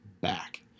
back